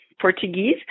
Portuguese